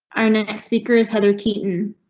our next speaker is heather keaton.